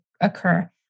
occur